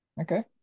Okay